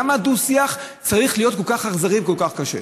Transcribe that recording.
למה הדו-שיח צריך להיות כל כך אכזרי וכל כך קשה?